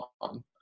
on